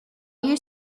you